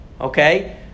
Okay